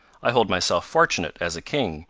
i hold myself fortunate, as a king,